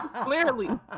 Clearly